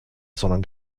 sondern